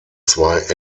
zwei